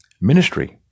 ministry